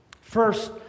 First